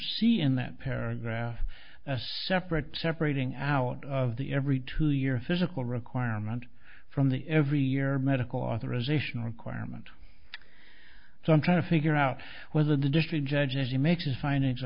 see in that paragraph separate separating out of the every two years physical requirement from the every year medical authorization requirement so i'm trying to figure out whether the district judge as he makes his financial